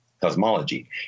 cosmology